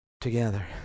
together